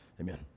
Amen